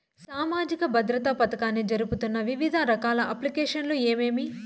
సామాజిక భద్రత పథకాన్ని జరుపుతున్న వివిధ రకాల అప్లికేషన్లు ఏమేమి?